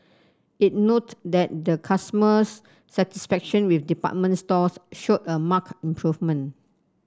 it note that the customers satisfaction with department stores showed a mark improvement